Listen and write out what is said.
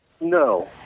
No